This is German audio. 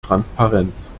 transparenz